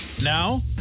now